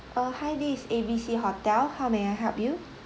uh hi this A B C hotel how may I help you